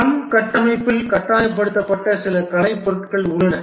scrum கட்டமைப்பில் கட்டாயப்படுத்தப்பட்ட சில கலைப்பொருட்கள் உள்ளன